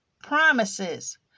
promises